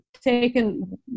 taken